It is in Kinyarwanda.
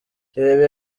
ibi